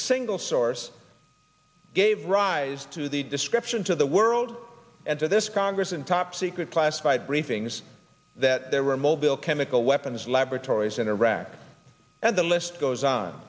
single source gave rise to the description to the world and to this congress and top secret classified briefings that there were mobile chemical weapons laboratories in iraq and the list goes